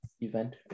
event